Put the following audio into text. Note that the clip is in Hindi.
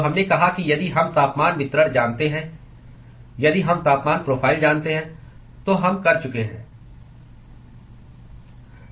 तो हमने कहा कि यदि हम तापमान वितरण जानते हैं यदि हम तापमान प्रोफ़ाइल जानते हैं तो हम कर चुके हैं